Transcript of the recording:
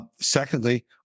Secondly